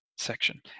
section